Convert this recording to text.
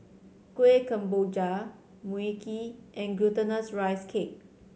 Kuih Kemboja Mui Kee and Glutinous Rice Cake